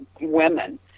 women